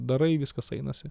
darai viskas einasi